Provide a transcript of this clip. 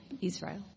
Israel